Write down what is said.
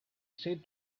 said